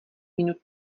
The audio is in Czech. minut